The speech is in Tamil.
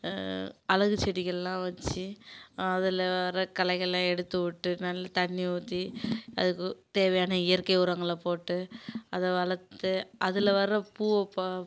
அழகு செடிங்களெலாம் வச்சு அதில் வர களைகளெலாம் எடுத்து விட்டு நல்ல தண்ணி ஊற்றி அதுக்கு தேவையான இயற்கை உரங்கள போட்டு அதை வளர்த்து அதில் வர பூவை ப